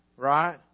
right